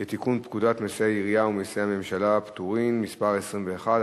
לתיקון פקודת מסי העירייה ומסי הממשלה (פטורין) (מס' 21),